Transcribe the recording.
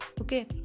okay